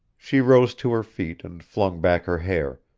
she rose to her feet and flung back her hair,